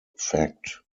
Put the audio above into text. fact